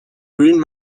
green